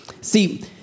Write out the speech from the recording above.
See